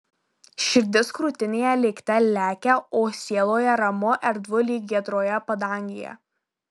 širdis krūtinėje lėkte lekia o sieloje ramu erdvu lyg giedroje padangėje